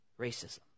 racism